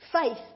Faith